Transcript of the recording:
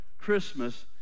Christmas